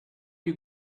you